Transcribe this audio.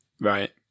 Right